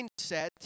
mindset